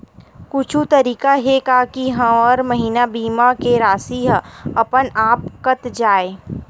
कुछु तरीका हे का कि हर महीना बीमा के राशि हा अपन आप कत जाय?